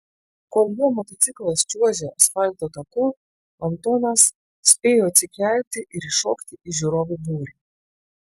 kol jo motociklas čiuožė asfalto taku antonas spėjo atsikelti ir įšokti į žiūrovų būrį